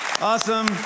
Awesome